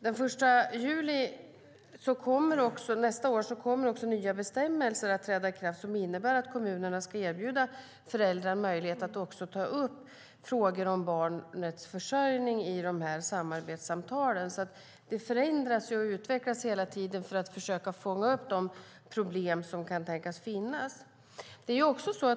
Den 1 juli nästa år kommer nya bestämmelser att träda i kraft som innebär att kommunerna ska erbjuda föräldrar möjlighet att ta upp frågor om barnets försörjning i samarbetssamtalen. Det sker alltså förändringar och utveckling hela tiden för att försöka fånga upp de problem som kan tänkas finnas.